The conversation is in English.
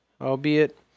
albeit